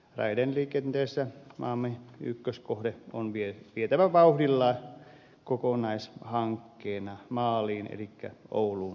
raideliikenteessä maamme ykköskohde on vietävä vauhdilla kokonaishankkeena maaliin elikkä ouluun saakka